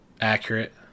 accurate